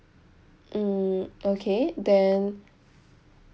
mm okay then